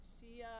see